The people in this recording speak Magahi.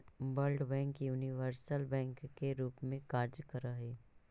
वर्ल्ड बैंक यूनिवर्सल बैंक के रूप में कार्य करऽ हइ